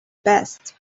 best